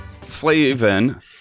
Flavin